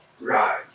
Right